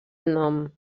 nom